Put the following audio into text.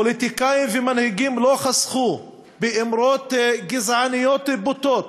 פוליטיקאים ומנהיגים לא חסכו באמרות גזעניות בוטות,